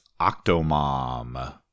Octomom